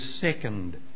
second